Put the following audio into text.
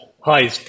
Hi